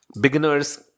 Beginners